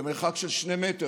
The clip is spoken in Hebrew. במרחק של שני מטר,